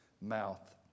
mouth